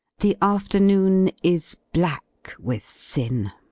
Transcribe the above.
the afternoon is black with sin.